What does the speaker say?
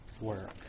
work